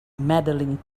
medaling